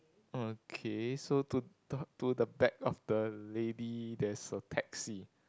okay so to to to the back of the lady there's a taxi